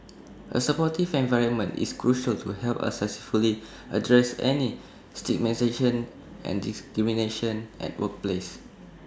A supportive environment is crucial to help us successfully address any stigmatisation and discrimination at workplace